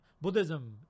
buddhism